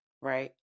right